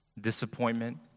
disappointment